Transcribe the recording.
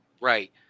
right